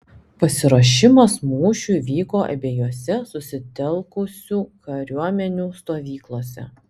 pasiruošimas mūšiui vyko abiejose susitelkusių kariuomenių stovyklose